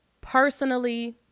personally